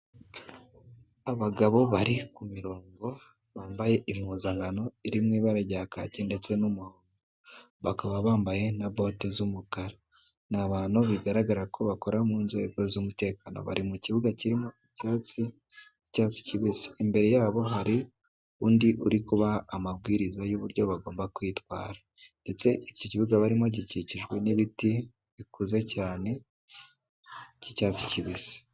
Abagabo bari kumirongo bambaye impuzankano irimo ibara rya kaki ndetse n'umuhondo, bakaba bambaye na bote z'umukara. Ni abantu bigaragara ko bakora mu nzego z'umutekano, bari mu kibuga kirimo ibyatsi by'icyatsi kibisi, imbere yabo hari undi uri kubaha amabwiriza y'uburyo bagomba kwitwara ndetse iki kibuga barimo gikikijwe n'ibiti bikuze cyane by'icyatsi kibisi.